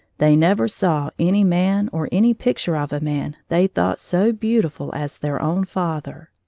they never saw any man or any picture of a man they thought so beautiful as their own father.